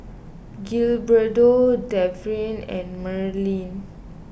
Gilberto Trevion and Marylyn